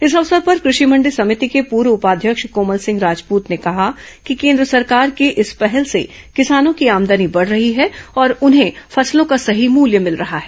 इस अवसर पर कृषि मंडी सभिति के पूर्व उपाध्यक्ष कोमल सिंह राजपूत ने कहा कि केन्द्र सरकार की इस पहल से किसानों की आमदनी बढ़ रही है और उन्हें फसलों का सही मूल्य मिल रहा है